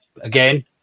again